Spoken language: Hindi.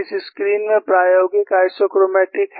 इस स्क्रीन में प्रायोगिक आइसोक्रोमैटिक्स हैं